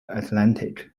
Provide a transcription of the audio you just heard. atlantic